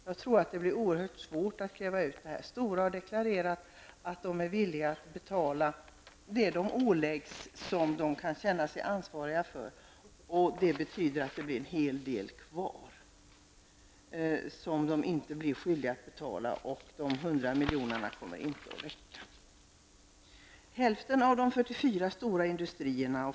Jag tror att det blir oerhört svårt att kräva ut dessa pengar. STORA har deklarerat att man är villig att betala det man åläggs och som man kan känna sig ansvarig för. Det betyder att det blir en hel del kvar, som STORA inte blir skyldig att betala. 100 miljoner kommer inte att räcka.